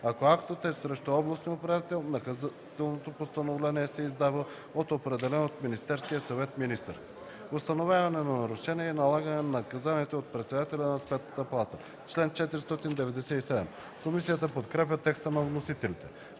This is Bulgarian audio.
Ако актът е срещу областния управител, наказателното постановление се издава от определен от Министерския съвет министър.” „Установяване на нарушенията и налагане на наказанията от председателя на Сметната палата”. Член 497. Комисията подкрепя текста на вносителите